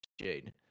Jade